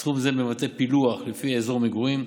סכום זה מבטא פילוח לפי אזור מגורים,